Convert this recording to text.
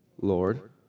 Lord